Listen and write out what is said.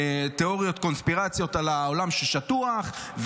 תיאוריות קונספירציה על זה שהעולם שטוח,